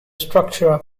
structure